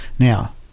Now